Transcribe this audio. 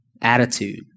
attitude